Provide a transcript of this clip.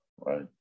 right